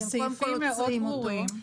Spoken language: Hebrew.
קודם כל עוצרים אותו.